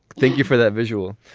thank you for that visual.